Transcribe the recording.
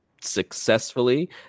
successfully